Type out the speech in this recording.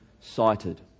cited